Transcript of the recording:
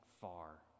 far